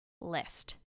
list